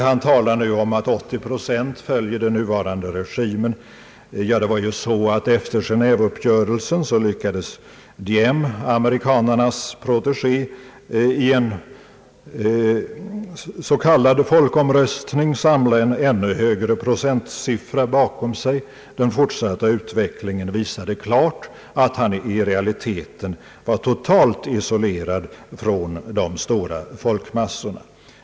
Herr Kilsmo talar om att 80 procent stöder den nuvarande regimen, Ja, efter Geneéveuppgörelsen lyckades Diem, amerikanarnas protegé, i en s.k. folkomröstning samla en ännu högre procentsiffra bakom sig. Den fortsatta utvecklingen visade klart att han i realiteten var totalt isolerad från de stora folkmassorna.